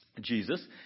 Jesus